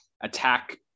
attack